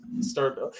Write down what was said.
start